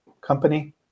company